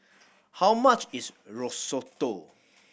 how much is Risotto